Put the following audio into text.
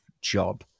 job